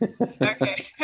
Okay